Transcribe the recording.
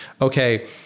okay